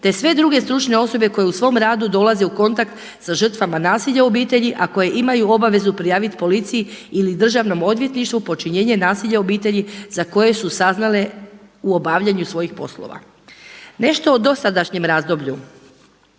te sve druge stručne osobe koje u svom radu dolaze u kontakt sa žrtvama nasilja u obitelji a koje imaju obavezu prijaviti policiji ili državnom odvjetništvu počinjenje nasilja u obitelji za koje su saznale u obavljanju svojih poslova. Nešto o dosadašnjem razdoblju,